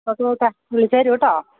okay കുട്ടാ വിളിച്ചേര് കേട്ടോ